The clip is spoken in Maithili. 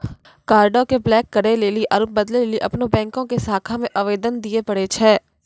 कार्डो के ब्लाक करे लेली आरु बदलै लेली अपनो बैंको के शाखा मे आवेदन दिये पड़ै छै